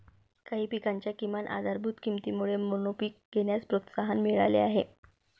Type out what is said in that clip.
काही पिकांच्या किमान आधारभूत किमतीमुळे मोनोपीक घेण्यास प्रोत्साहन मिळाले आहे